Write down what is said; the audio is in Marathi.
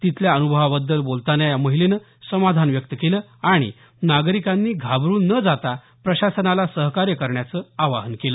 तिथल्या अन्भवाबद्दल बोलतांना या महिलेनं समाधान व्यक्त केलं आणि नागरिकांनी घाबरुन न जाता प्रशासनाला सहकार्य करण्याचं आवाहन केलं